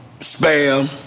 spam